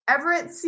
Everett